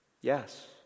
Yes